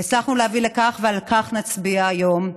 הצלחנו להביא לכך, ועל כך נצביע היום,